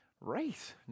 race